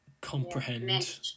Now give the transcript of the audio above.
comprehend